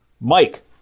Mike